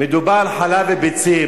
מדובר על חלב וביצים,